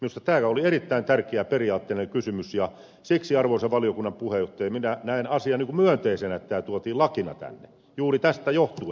minusta tämä oli erittäin tärkeä periaatteellinen kysymys ja siksi arvoisa valiokunnan puheenjohtaja minä näen sen asian myönteisenä että tämä tuotiin lakina tänne juuri tästä johtuen